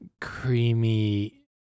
creamy